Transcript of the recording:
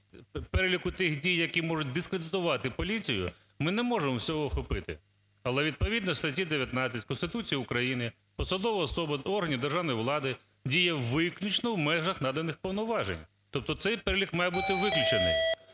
переліку тих дій, які можуть дискредитувати поліцію, ми не можемо всього охопити. Але відповідно статті 19 Конституції України посадова особа та органи державної влади діє виключно в межах наданих повноважень, тобто цей перелік має бути виключений.